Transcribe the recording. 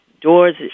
Doors